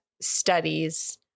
studies